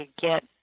get